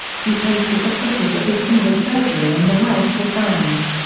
he posted the footage of his finger surgery on the web for fans.